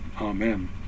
Amen